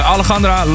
Alejandra